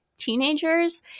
teenagers